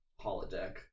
holodeck—